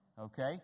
Okay